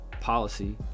policy